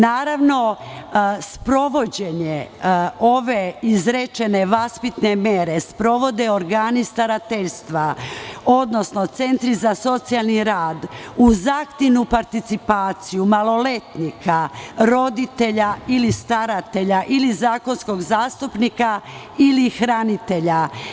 Naravno, sprovođenje ove izrečene vaspitne mere sprovode organi starateljstva, odnosno centri za socijalni rad uz aktivnu participaciju maloletnika, roditelja ili staratelja ili zakonskog zastupnika ili hranitelja.